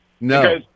No